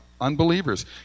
unbelievers